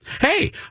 Hey